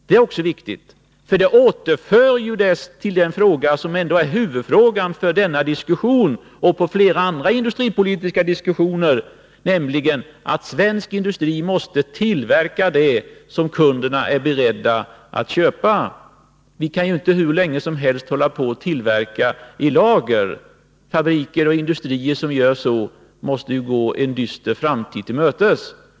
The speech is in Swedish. Det är också viktigt, ty det återknyter ju till den fråga som ändå är huvudfrågan i denna diskussion och i flera andra industripolitiska diskussioner, nämligen att svensk industri måste tillverka det som kunderna är beredda att köpa. Vi kan ju inte hur länge som helst hålla på och tillverka i lager. Fabriker och industrier som gör det måste gå en dyster framtid till mötes.